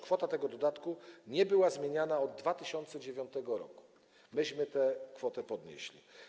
Kwota tego dodatku nie była zmieniana od 2009 r., my tę kwotę podnieśliśmy.